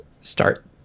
start